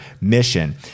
mission